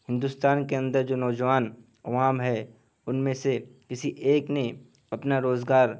ہندوستان کے اندر جو نواجوان عوام ہے ان میں سے کسی ایک نے اپنا روزگار